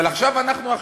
אבל עכשיו אנחנו,